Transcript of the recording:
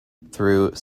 through